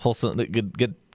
Good